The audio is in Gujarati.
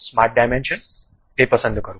સ્માર્ટ ડાયમેન્શન તે પસંદ કરો